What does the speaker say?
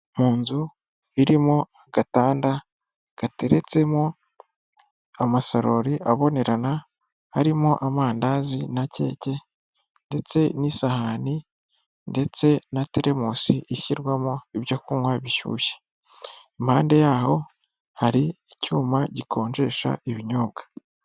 Mu nzu irimo agatanda gateretsemo amasarori abonerana, harimo amandazi na keke, ndetse n'isahani, ndetse na teremusi ishyirwamo ibyo kunywa bishyushye. Impande yaho hari icyuma gikonjesha ibinyobwa.